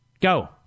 Go